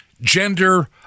gender